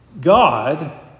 God